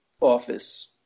Office